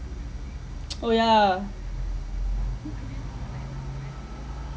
oh ya